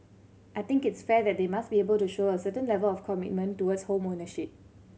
I think it's fair that they must be able to show a certain level of commitment towards home ownership